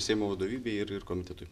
seimo vadovybei ir ir komitetui